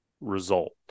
result